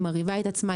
היא מרעיבה את עצמה,